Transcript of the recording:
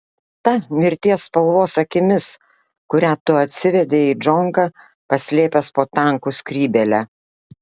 ta mirties spalvos akimis kurią tu atsivedei į džonką paslėpęs po tankų skrybėle